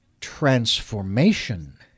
transformation